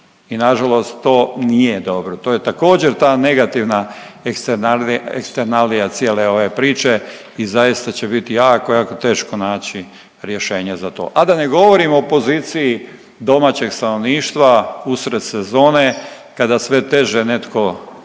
i nažalost to nije dobro, to je također, ta negativna eksternalija cijele ove priče i zaista će biti jako, jako teško naći rješenje za to, a da ne govorim o poziciji domaćeg stanovništva usred sezone kada sve teže netko iz